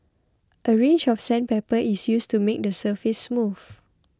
a range of sandpaper is used to make the surface smooth